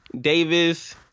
Davis